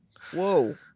whoa